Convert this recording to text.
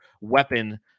weapon